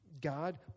God